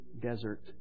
desert